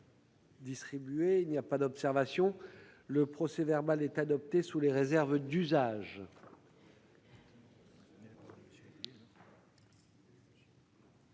Il n'y a pas d'observation ?... Le procès-verbal est adopté sous les réserves d'usage.